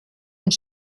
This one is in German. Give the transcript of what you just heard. und